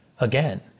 again